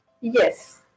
Yes